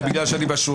הרוויזיה הוסרה.